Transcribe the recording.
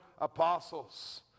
apostles